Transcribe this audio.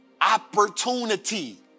Opportunity